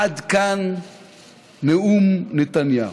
עד כאן נאום נתניהו.